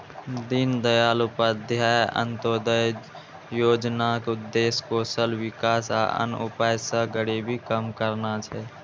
दीनदयाल उपाध्याय अंत्योदय योजनाक उद्देश्य कौशल विकास आ अन्य उपाय सं गरीबी कम करना छै